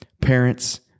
Parents